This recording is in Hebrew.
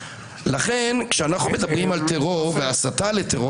לכן כשאנחנו מדברים על טרור והסתה לטרור